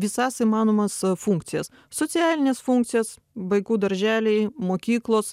visas įmanomas funkcijas socialines funkcijas vaikų darželiai mokyklos